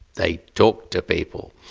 they talk to people,